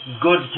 good